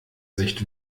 sicht